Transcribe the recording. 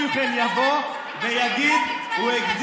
ואני מצפה שלפחות אחד מכם יבוא ויגיד: הוא הגזים,